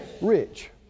rich